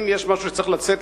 אם יש משהו שצריך לצאת,